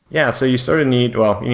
yeah, so you sort of need well,